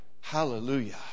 Hallelujah